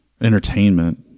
entertainment